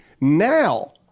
Now